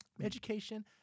education